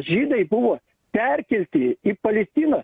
žydai buvo perkelti į palestiną